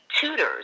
tutors